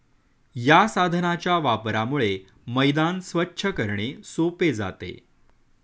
या साधनाच्या वापरामुळे मैदान स्वच्छ करणे सोपे जाते